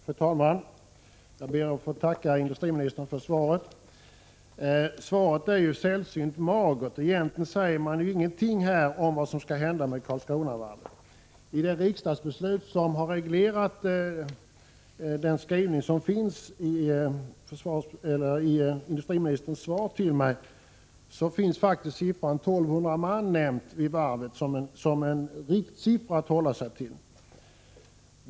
Fru talman! Jag ber att få tacka industriministern för svaret. Det är emellertid sällsynt magert. Egentligen sägs ingenting där om vad som skall hända med Karlskronavarvet. I det riksdagsbeslut som har reglerat skrivningen i industriministerns svar på min fråga nämns faktiskt siffran 1 200 man när det gäller antalet anställda vid Karlskronavarvet som en ”riktsiffra” att hålla sig till.